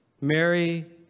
Mary